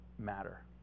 matter